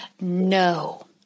No